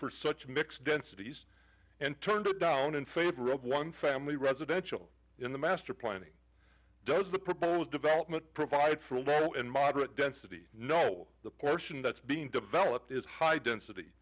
for such mixed densities and turned down in favor of one family residential in the master planning does the proposed development provide for a moderate density no the portion that's being developed is high density